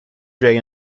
jay